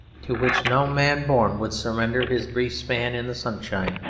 to which no man born would surrender his brief span in the sunshine,